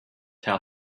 tell